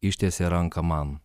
ištiesė ranką man